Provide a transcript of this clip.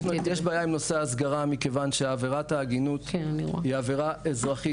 יש בעיה עם נושא ההסגרה מכיוון שעבירת ההגינות היא עבירה אזרחית,